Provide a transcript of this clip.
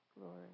glory